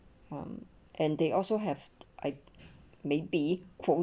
um and they also have I maybe quo~